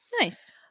Nice